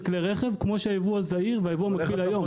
כלי רכב כמו שהיבוא הזעיר והיבוא המקביל היום,